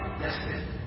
destiny